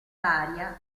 varia